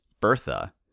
Bertha